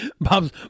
Bob's